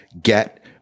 get